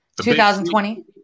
2020